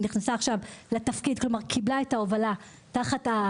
היא נכנסה לתפקיד וקיבלה את ההובלה יחד